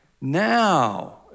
Now